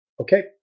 okay